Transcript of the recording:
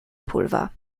pulver